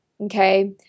okay